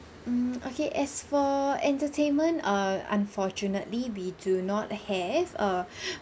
mm okay as for entertainment err unfortunately we do not have err